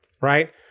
right